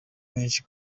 menshi